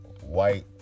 white